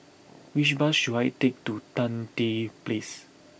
which bus should I take to Tan Tye Place